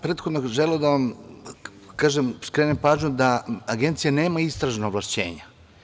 Prethodno bih želeo da vam skrenem pažnju da Agencija nema istražna ovlašćenja.